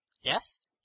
yes